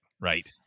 right